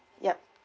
yup